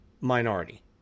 minority